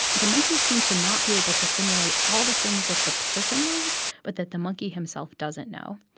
the monkeys seem to not be able to simulate all the things that the person knows but that the monkey himself doesn't know.